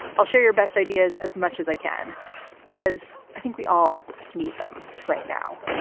i'll share your best ideas as much as i can because i think we all need them right now.